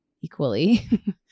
equally